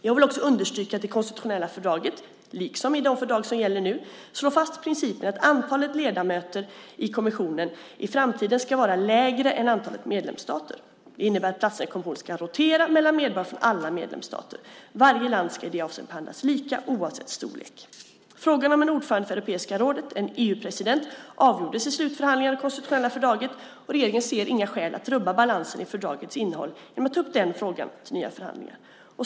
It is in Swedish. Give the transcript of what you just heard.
Jag vill också understryka att det konstitutionella fördraget - liksom de fördrag som gäller nu - slår fast principen att antalet ledamöter i kommissionen i framtiden ska vara lägre än antalet medlemsstater. Det innebär att platserna i kommissionen ska rotera mellan medborgare från alla medlemsstater. Varje land ska i det avseendet behandlas lika, oavsett storlek. Frågan om en ordförande för Europeiska rådet, en EU-president, avgjordes i slutförhandlingarna av det konstitutionella fördraget, och regeringen ser inga skäl att rubba balansen i fördragets innehåll genom att ta upp den frågan till nya förhandlingar.